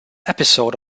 episode